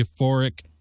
euphoric